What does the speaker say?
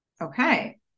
okay